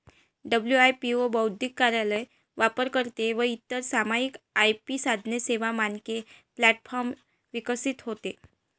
WIPO बौद्धिक कार्यालय, वापरकर्ते व इतर सामायिक आय.पी साधने, सेवा, मानके प्लॅटफॉर्म विकसित होते